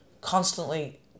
constantly